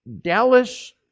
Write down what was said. Dallas